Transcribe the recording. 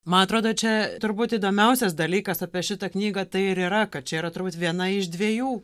man atrodo čia turbūt įdomiausias dalykas apie šitą knygą tai ir yra kad čia yra turbūt viena iš dviejų